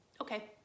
Okay